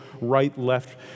right-left